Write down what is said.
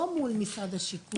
לא מול משרד השיכון.